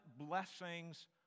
blessings